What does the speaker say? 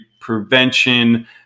prevention